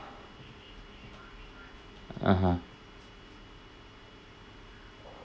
(uh huh)